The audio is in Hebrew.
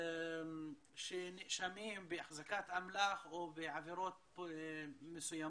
שנאשמים בהחזקת אמל"ח או בעבירות מסוימות.